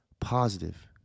positive